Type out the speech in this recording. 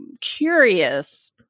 curious